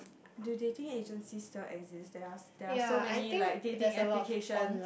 do dating agencies still exists there are there are so many like dating application